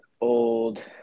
old